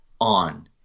on